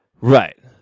Right